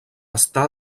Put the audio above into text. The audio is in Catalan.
està